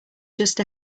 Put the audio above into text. just